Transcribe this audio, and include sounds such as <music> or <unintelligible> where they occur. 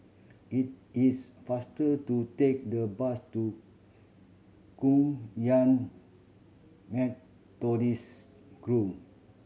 it is faster to take the bus to Kum Yan Methodist <unintelligible>